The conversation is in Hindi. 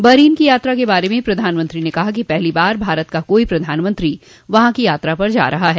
बहरीन की यात्रा के बारे में प्रधानमंत्री ने कहा कि पहली बार भारत का कोई प्रधानमंत्री वहा की यात्रा पर जा रहा है